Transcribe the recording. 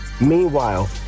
Meanwhile